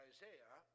Isaiah